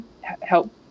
help